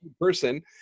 person